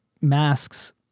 Masks